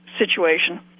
situation